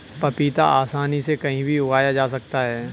पपीता आसानी से कहीं भी उगाया जा सकता है